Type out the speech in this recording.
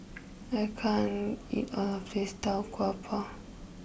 I can't eat all of this Tau Kwa Pau